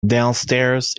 downstairs